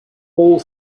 all